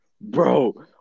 Bro